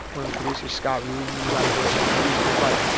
one of the producers, scott rudin, eli bush, the producers like,